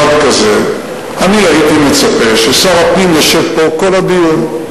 בדיון מיוחד כזה אני הייתי מצפה ששר הפנים ישב פה כל הדיון,